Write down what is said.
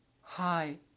Hi